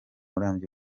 urambye